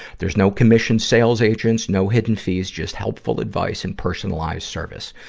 there's no commission sales agents, no hidden fees just helpful advice and personalized service.